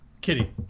kitty